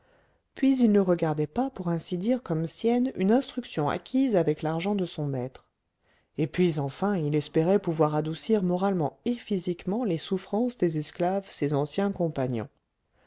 puis il ne regardait pas pour ainsi dire comme sienne une instruction acquise avec l'argent de son maître et puis enfin il espérait pouvoir adoucir moralement et physiquement les souffrances des esclaves ses anciens compagnons